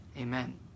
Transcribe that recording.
Amen